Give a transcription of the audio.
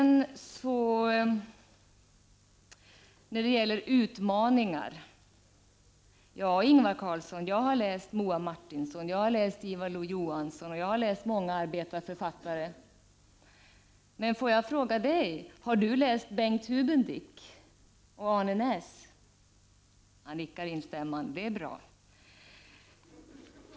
När det så gäller utmaningar har jag läst Moa Martinson, Ivar Lo-Johansson och många andra arbetarförfattare. Men får jag fråga statsministern om han har läst Bengt Hubendick och Arne Naess? Han nickar instämmande. Det är bra.